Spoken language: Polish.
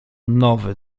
nowy